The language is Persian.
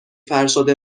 فرشاد